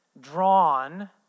drawn